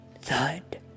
thud